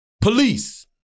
Police